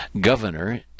Governor